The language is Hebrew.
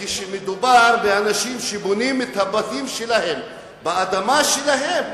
שכשמדובר באנשים שבונים את הבתים שלהם באדמה שלהם,